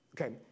Okay